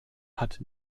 hat